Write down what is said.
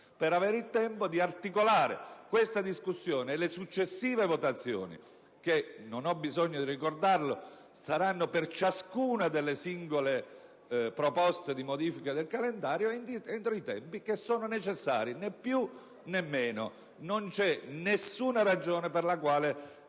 tale volontà - di articolare questa discussione e le successive votazioni, che, non ho bisogno di ricordarlo, rientreranno per ciascuna delle singole proposte di modifica del calendario entro i tempi necessari, né più né meno. Non c'è nessuna ragione per la quale